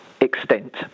extent